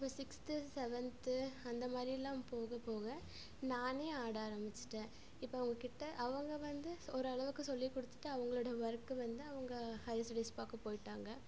இப்போ sixth seventh அந்த மாதிரியெல்லாம் போக போக நானே ஆட ஆரமிச்சிட்டேன் இப்போ உங்க கிட்ட அவங்க வந்து ஓரளவுக்கு சொல்லி கொடுத்துட்டு அவங்களோடய ஒர்க்கு வந்து அவங்க ஹையர் ஸ்டடீஸ் பார்க்க போயிட்டாங்க